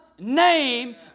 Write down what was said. Name